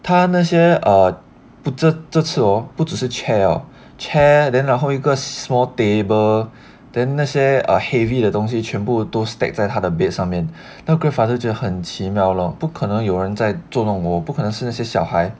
他那些 err 不知这次不只是 chair hor chair then 然后一个 small table then 那些 err heavy 的东西全部都 stack 在他的 bed 上面那个 grandfather 就觉得很奇妙咯不可能有人在捉弄我不可能是那些小孩